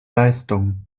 leistung